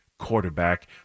quarterback